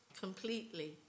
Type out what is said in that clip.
completely